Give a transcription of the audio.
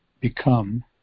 become